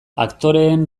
aktoreen